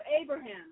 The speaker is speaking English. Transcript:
Abraham